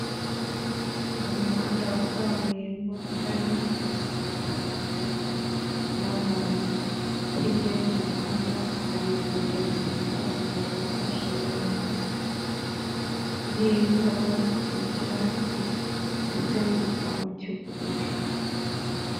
Mu muhanda wa kaburimbo harimo ibinyabiziga bitandukanye n'abantu, hirya y'umuhanda hari ipoto risakaza umuriro w'amashanyarazi n'indabo n'ibyatsi ndetse n'igipangu cy'ubururu.